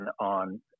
on